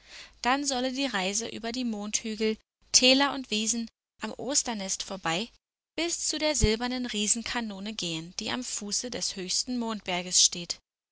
dann solle die reise über die mondhügel täler und wiesen am osternest vorbei bis zu der silbernen riesenkanone gehen die am fuße des höchsten mondberges steht